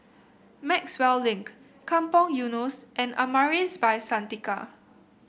Maxwell Link Kampong Eunos and Amaris By Santika